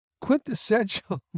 quintessential